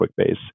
QuickBase